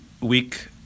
week